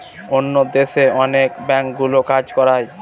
অন্য দেশে অনেক ব্যাঙ্কগুলো কাজ করায়